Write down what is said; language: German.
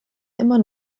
immer